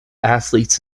athletes